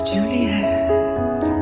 Juliet